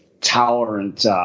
tolerant